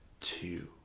two